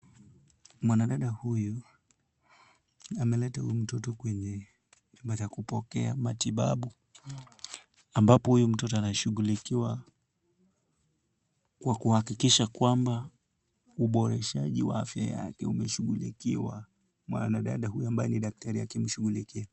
Mwanadada huyu, ameleta mtoto huyu kupokea matibabu ambapo huyu mtoto anashughulikiwa kwa kuhakikisha kwamba uboreshaji wa afya yake umeshughulikiwa. Mwanadada huyu ambaye ni daktari akimshughulikia.